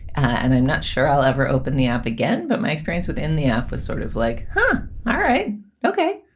and i'm not sure i'll ever open the amp again. but my experience within the app was sort of like, but all right ok,